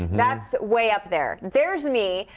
that's way up there. there's me.